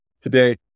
today